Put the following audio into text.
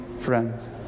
friends